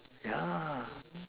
yeah